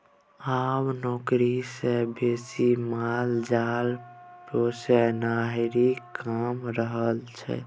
आब नौकरिया सँ बेसी माल जाल पोसनिहार कमा रहल छै